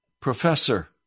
professor